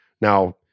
Now